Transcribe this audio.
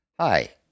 Hi